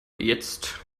jetzt